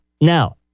Now